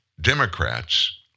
Democrats